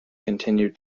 continue